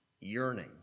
yearning